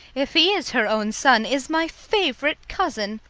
if he is her own son, is my favourite cousin,